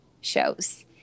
shows